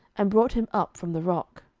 and brought him up from the rock.